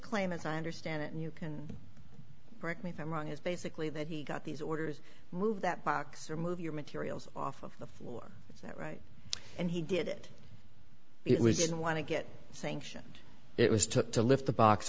claim as i understand it and you can correct me if i'm wrong is basically that he got these orders move that box or move your materials off of the floor is that right and he did it it was didn't want to get sanctioned it was took to lift the box